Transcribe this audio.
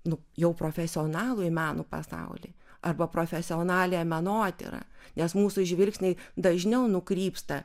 nu jau profesionalųjį meno pasaulį arba profesionaliąją menotyrą nes mūsų žvilgsniai dažniau nukrypsta